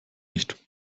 nicht